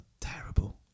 terrible